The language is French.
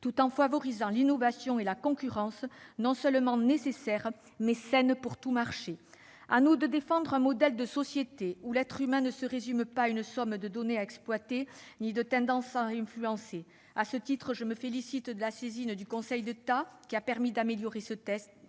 tout en favorisant l'innovation et la concurrence, non seulement nécessaires, mais saines pour tout marché. Il nous revient de défendre un modèle de société dans lequel l'être humain ne se résume pas à une somme de données à exploiter ni à des tendances à influencer. À ce titre, je me félicite de la saisine du Conseil d'État, qui a permis d'améliorer ce texte,